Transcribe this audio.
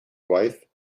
wife